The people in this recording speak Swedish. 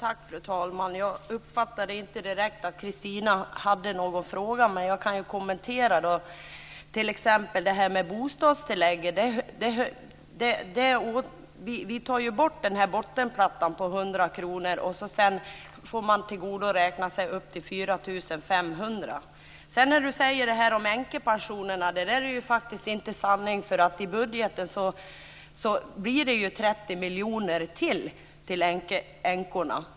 Fru talman! Jag uppfattade inte direkt att Cristina hade någon fråga, men jag kan göra några kommentarer. Vi tar bort bottenplattan på 100 kr för bostadstillägget. Man får sedan tillgodoräkna sig upp till Det som Cristina säger om änkepensionerna är faktiskt inte sanning. I budgeten blir det ju 30 miljoner ytterligare till änkorna.